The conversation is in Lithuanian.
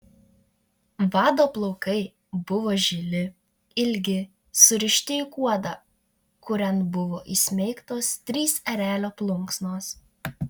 vado plaukai buvo žili ilgi surišti į kuodą kurian buvo įsmeigtos trys erelio plunksnos